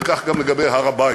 וכך גם לגבי הר-הבית.